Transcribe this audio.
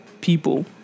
People